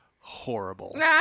horrible